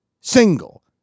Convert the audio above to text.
single